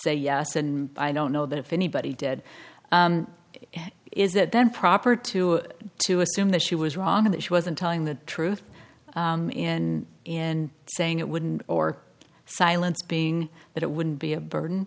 say yes and i don't know that if anybody did it is that then proper to to assume that she was wrong that she wasn't telling the truth in in saying it wouldn't or silence being that it would be a burden